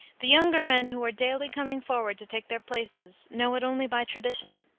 the younger men who are daily coming forward to take their places know it only by tradition.